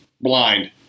Blind